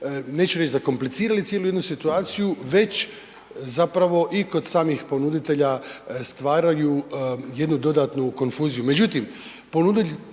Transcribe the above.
neću reći zakomplicirali cijelu jednu situaciju, već i kod samih ponuditelja stvaraju jednu dodatnu konfuziju. Međutim, ponuditelji